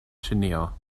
ĉinio